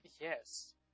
Yes